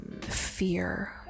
fear